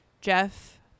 Jeff